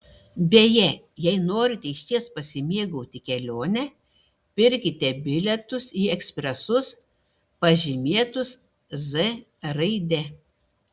beje jei norite išties pasimėgauti kelione pirkite bilietus į ekspresus pažymėtus z raide